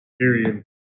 Period